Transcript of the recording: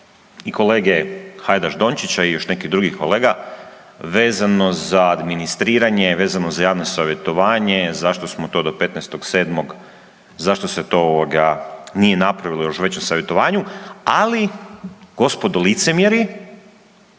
i kolege Hajdaš Dončića i još nekih drugih kolega vezano za administriranje, vezano za javno savjetovanje zašto smo to do 15.7., zašto se to nije napravilo još već u savjetovanju, ali gospodo licemjeri